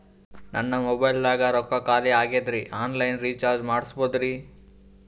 ನನ್ನ ಮೊಬೈಲದಾಗ ರೊಕ್ಕ ಖಾಲಿ ಆಗ್ಯದ್ರಿ ಆನ್ ಲೈನ್ ರೀಚಾರ್ಜ್ ಮಾಡಸ್ಬೋದ್ರಿ?